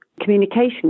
communication